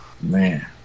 Man